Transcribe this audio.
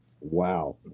Wow